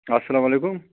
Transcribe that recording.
اَسلام علیکُم